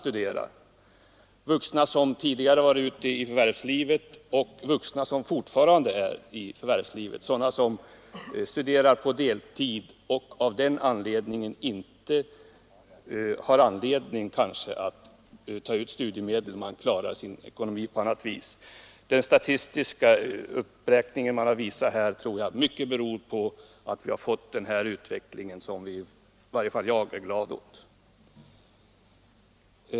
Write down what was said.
Det gäller här vuxna som tidigare varit ute i förvärvslivet och vuxna som fortfarande är det — sådana som studerar på deltid och av den anledningen kanske inte behöver ta ut studiemedel, eftersom de klarar sin ekonomi på annat sätt. Jag tror att de statistiska uppgifter som här har anförts mycket beror på den utvecklingen, som i varje fall jag är glad åt.